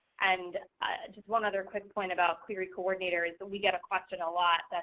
and just one other quick point about clery coordinators, but we get a question a lot.